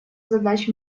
задач